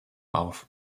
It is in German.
auf